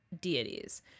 deities